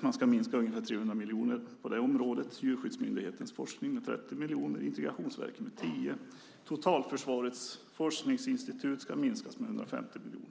man ska minska med ungefär 300 miljoner på det området. Djurskyddsmyndighetens forskning ska minska med 30 miljoner och Integrationsverkets med tio miljoner. Totalförsvarets forskningsinstitut ska minskas med 150 miljoner.